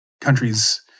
countries